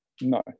No